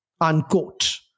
unquote